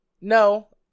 No